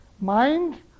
Mind